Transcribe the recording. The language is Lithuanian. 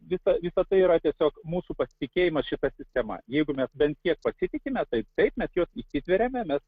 visa visa tai yra tiesiog mūsų pasitikėjimas šita tema jeigu mes bent kiek pasitikime tai taip mes jos įsitveriame mes